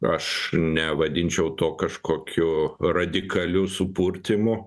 aš nevadinčiau to kažkokiu radikaliu supurtymu